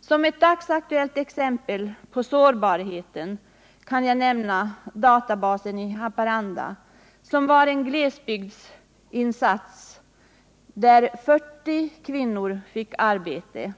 Som ett dagsaktuellt exempel på sårbarheten kan jag nämna databasen i Haparanda, som var en glesbygdssatsning där 40 kvinnor fick arbete.